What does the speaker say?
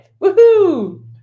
Woohoo